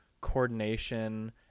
coordination